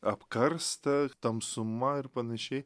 apkarsta tamsuma ir panašiai